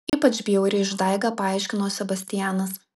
ypač bjauri išdaiga paaiškino sebastianas